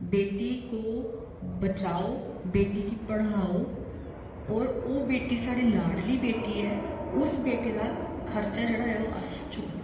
बेटी को बचाओ बेटी गी पढ़ाओ होर ओह् बेटी साढ़ी लाडली बेटी ऐ उस बेटी दा खर्चा जेह्ड़ा ऐ ओह् अस चुक्कना